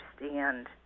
understand